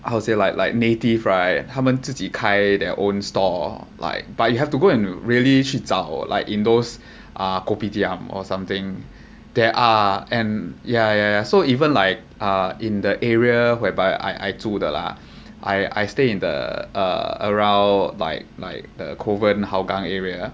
how to say like like native right 他们自己开 their own store like but you have to go and really 去找 like in those uh kopitiam or something there are and yeah yeah so even like uh in the area whereby I 租的 lah I I I stay in the err around like like the kovan hougang area